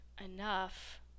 enough